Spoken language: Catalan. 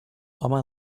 home